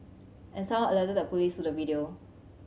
and someone alerted the police to the video